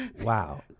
Wow